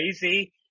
crazy